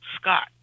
Scott